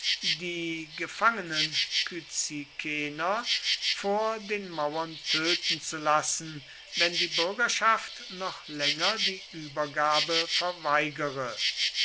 die gefangenen kyzikener vor den mauern töten zu lassen wenn die bürgerschaft noch länger die übergabe verweigere